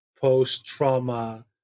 post-trauma